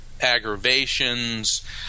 aggravations